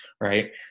right